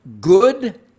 good